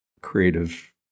creative